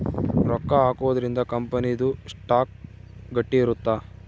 ರೊಕ್ಕ ಹಾಕೊದ್ರೀಂದ ಕಂಪನಿ ದು ಸ್ಟಾಕ್ ಗಟ್ಟಿ ಇರುತ್ತ